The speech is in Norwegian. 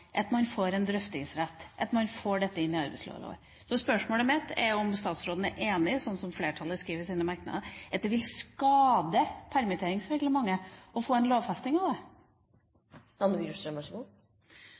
at man får en drøftingsrett og får dette inn i arbeidsmiljøloven. Spørsmålet mitt er: Er statsråden enig i, som flertallet skriver i sine merknader, at det vil skade permitteringsreglementet å få en lovfesting av det?